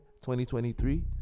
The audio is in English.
2023